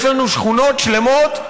יש לנו שכונות שלמות,